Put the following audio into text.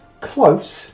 Close